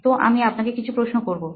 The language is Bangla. তো আমি আপনাকে কিছু প্রশ্ন করবো